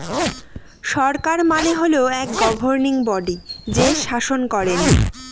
সরকার মানে হল এক গভর্নিং বডি যে শাসন করেন